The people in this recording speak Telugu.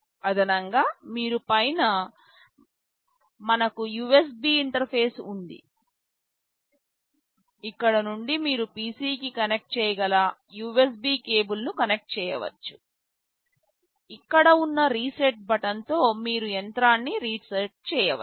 అదనంగా మీరు పైన మనకు USB ఇంటర్ఫేస్ ఉంది ఇక్కడ నుండి మీరు PCకి కనెక్ట్ చేయగల USB కేబుల్ ను కనెక్ట్ చేయవచ్చు ఇక్కడ ఉన్న రీసెట్ బటన్ తో మీరు యంత్రాన్ని రీసెట్ చేయవచ్చు